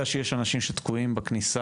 אני יודע שיש אנשים שתקועים בכניסה